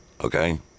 Okay